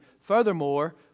Furthermore